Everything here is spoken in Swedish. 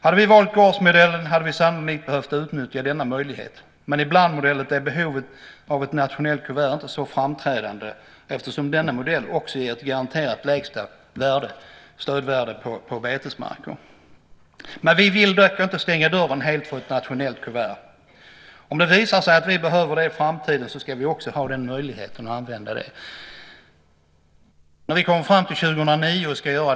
Hade vi valt gårdsmodellen hade vi sannolikt behövt att utnyttja denna möjlighet. Men i blandmodellen är behovet av ett nationellt kuvert inte så framträdande eftersom denna modell också ger ett garanterat lägsta stödvärde även på betesmarker. Men vi vill inte stänga dörren helt för ett nationellt kuvert. Om det visar sig att vi behöver det i framtiden ska vi också ha möjlighet att använda det.